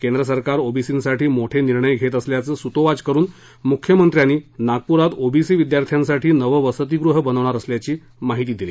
केंद्र सरकार ओबिसींसाठी मोठे निर्णय घेत असल्याचं सुतोवाच करून मुख्यमंत्र्यांनी नागपुरात ओबिसी विद्यार्थ्यासाठी नवं वसतीगृहं बनवणार असल्याची माहिती दिली